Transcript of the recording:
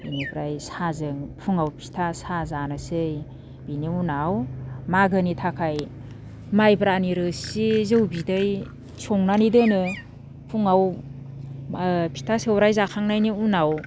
बिनिफ्राय साहाजों फुङाव फिथा साहा जानोसै बिनि उनाव मागोनि थाखाय माइब्रानि रोसि जौ बिदै संनानै दोनो फुङाव ओ फिथा सौराइ जाखांनायनि उनाव